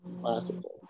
classical